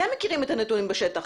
אתם מכירים את הנתונים בשטח,